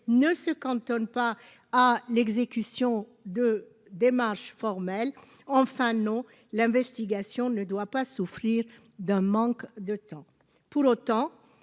ne se cantonne pas à l'exécution de démarche formelle, enfin non, l'investigation ne doit pas souffrir d'un manque de temps pour autant